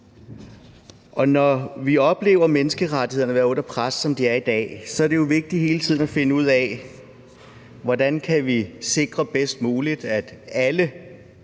Når vi oplever menneskerettighederne være under pres, som de er i dag, er det jo vigtigt hele tiden at finde ud af, hvordan vi bedst muligt kan